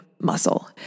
muscle